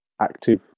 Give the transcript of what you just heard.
active